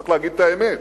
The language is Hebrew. צריך להגיד את האמת,